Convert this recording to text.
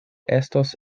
estos